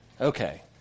Okay